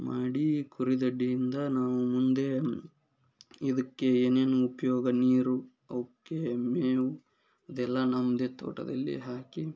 ಮಾಡಿ ಕುರಿ ದೊಡ್ಡಿಯಿಂದ ನಾವು ಮುಂದೆ ಇದಕ್ಕೆ ಏನೇನು ಉಪಯೋಗ ನೀರು ಅವಕ್ಕೆ ಮೇವು ಇದೆಲ್ಲ ನಮ್ಮದೇ ತೋಟದಲ್ಲಿ ಹಾಕಿ